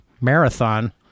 marathon